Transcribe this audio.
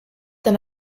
then